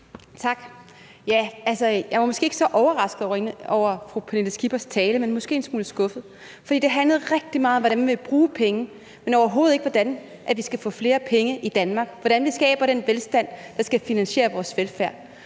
Tak. Jeg er måske ikke så overrasket over fru Pernille Skippers tale, men måske en smule skuffet. For det handlede rigtig meget om, hvordan man vil bruge penge, men overhovedet ikke om, hvordan vi skal få flere penge i Danmark, og hvordan vi skaber den velstand, der skal finansiere vores velfærd.